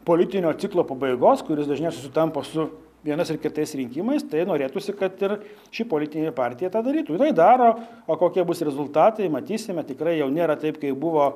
politinio ciklo pabaigos kuris dažniausiai sutampa su vienas ar kitais rinkimais tai norėtųsi kad ir ši politinė partija tą darytų jinai daro o kokie bus rezultatai matysime tikrai jau nėra taip kaip buvo